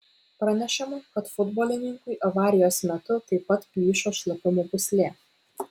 pranešama kad futbolininkui avarijos metu taip pat plyšo šlapimo pūslė